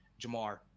Jamar